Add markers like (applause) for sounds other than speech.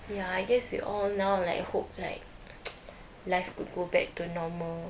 ya I guess we all now like hope like (noise) life could go back to normal